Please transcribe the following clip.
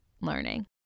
Learning